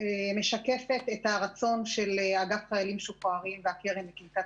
הרצון של אגף חיילים משוחררים והקרן לקליטת